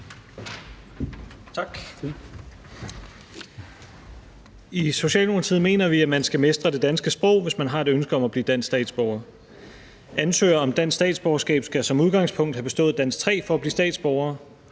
I Socialdemokratiet mener vi, at man skal mestre det danske sprog, hvis man har et ønske om at blive dansk statsborger. Ansøgere om dansk statsborgerskab skal som udgangspunkt have bestået Dansk 3 for at blive statsborgere.